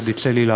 ועוד יֵצא לי,